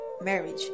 Marriage